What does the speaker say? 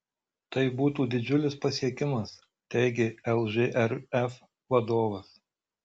tai būtų didžiulis pasiekimas teigė lžrf vadovas